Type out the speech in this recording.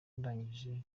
ndangije